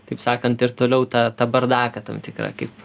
taip sakant ir toliau tą tą bardaką tam tikrą kaip